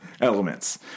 elements